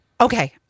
Okay